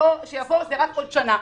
התור הקרוב הוא רק בעוד שנה.